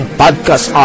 podcast